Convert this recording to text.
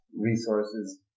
resources